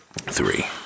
Three